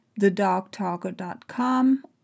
thedogtalker.com